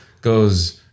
goes